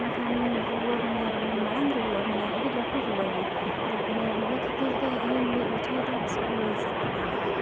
ᱮᱱᱠᱷᱟᱱ ᱨᱩᱣᱟᱹ ᱢᱟᱱᱮ ᱢᱟᱲᱟᱝ ᱨᱩᱣᱟᱹ ᱢᱟᱱᱮ ᱟᱹᱰᱤ ᱞᱟᱹᱴᱩ ᱨᱩᱣᱟᱹᱜᱮ ᱛᱟᱯᱚᱨᱮ ᱨᱩᱣᱟᱹ ᱠᱷᱟᱹᱛᱤᱨᱛᱮ ᱤᱧ ᱢᱤᱫ ᱵᱚᱪᱷᱚᱨᱫᱤᱱ ᱤᱥᱠᱩᱞ ᱵᱟᱹᱧ ᱥᱮᱱ ᱫᱟᱲᱮᱭᱟᱫᱟᱼᱟ